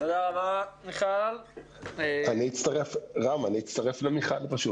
אני מצטרף לדבריה של מיכל.